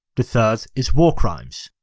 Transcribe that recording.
the third is war crimes.